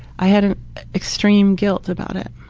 i had an extreme guilt about it.